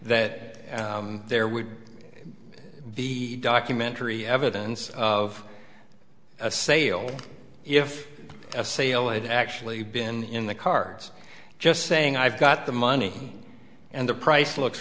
that there would be documentary evidence of a sale if a sale had actually been in the cards just saying i've got the money and the price looks